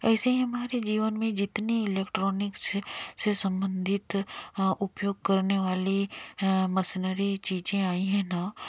ऐसे ही हमारे जीवन में जितनी इलेक्ट्रानिक्स से सम्बन्धित हाँ उपयोग करने वाली मशनरी चीज़ें आई है न